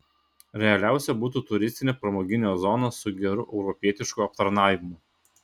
realiausia būtų turistinė pramoginė zona su geru europietišku aptarnavimu